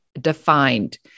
defined